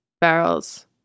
barrels